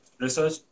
research